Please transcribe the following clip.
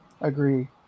Agree